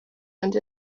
and